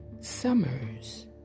Summers